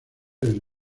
del